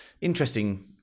interesting